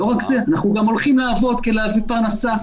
לא רק זה, אנחנו גם הולכים לעבוד, להביא פרנסה.